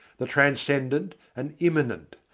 the transcendent and immanent,